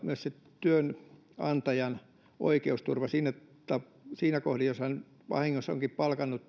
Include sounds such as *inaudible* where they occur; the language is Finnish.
myös työnantajan oikeusturva on huomioitava siinä kohdin jos hän vahingossa onkin palkannut *unintelligible*